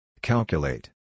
Calculate